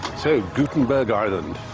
so, gutenberg island.